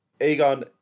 Aegon